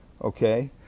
Okay